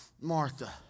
Martha